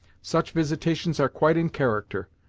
such visitations are quite in character.